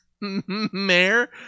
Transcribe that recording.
mayor